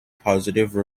positive